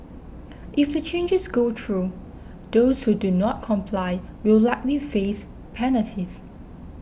if the changes go through those who do not comply will likely face penalties